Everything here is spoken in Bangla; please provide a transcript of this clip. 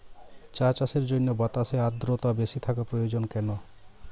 চা চাষের জন্য বাতাসে আর্দ্রতা বেশি থাকা প্রয়োজন কেন?